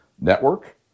network